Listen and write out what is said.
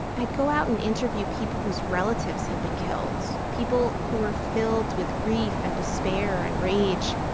i'd go out and interview people whose relatives had been killed, people who were filled with grief and despair and rage.